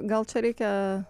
gal čia reikia